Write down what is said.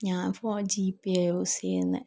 ഞാൻ phone G Pay യാ use ചെയ്യുന്നത്